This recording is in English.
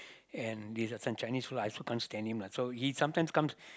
and this uh this one Chinese fella I also can't stand him lah so he sometimes comes